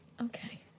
Okay